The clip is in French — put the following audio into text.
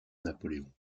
napoléon